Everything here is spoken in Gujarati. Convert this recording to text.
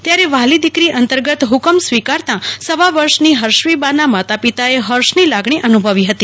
ત્યારે વ્હાલી દિકરી અંતર્ગત હુકમ સ્વીકારતાં સવા વર્ષની હર્ષવીબાના માતા પિતાએ હર્ષની લાગણી અનુભવી હતી